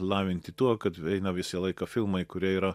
lavinti tuo kad eina visą laiką filmai kurie yra